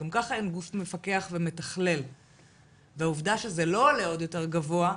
גם ככה אין גוף מפקח ומתכלל והעובדה שזה לא עולה עוד יותר גבוה,